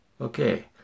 Okay